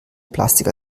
plastik